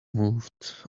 moved